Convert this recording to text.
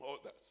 others